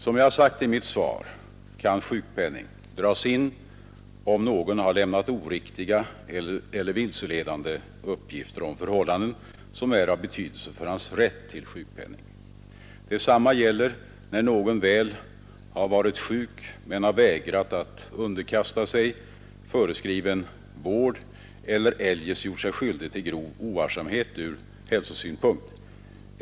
Som jag framhållit i mitt svar kan sjukpenning dras in, om någon har lämnat oriktiga eller vilseledande uppgifter rörande förhållanden som är av betydelse för hans rätt till sjukpenning. Detsamma gäller när någon har varit sjuk men vägrat underkasta sig föreskriven vård eller eljest gjort sig skyldig till grov ovarsamhet ur hälsosynpunkt.